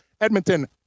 Edmonton